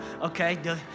okay